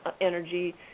energy